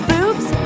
Boobs